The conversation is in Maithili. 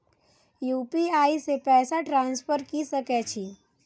यू.पी.आई से पैसा ट्रांसफर की सके छी?